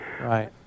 Right